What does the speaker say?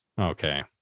Okay